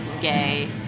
gay